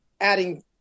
adding